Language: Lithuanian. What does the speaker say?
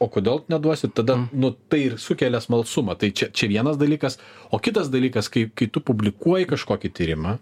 o kodėl neduosit tada nu tai ir sukelia smalsumą tai čia čia vienas dalykas o kitas dalykas kai kai tu publikuoji kažkokį tyrimą